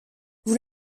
vous